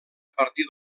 partir